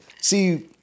see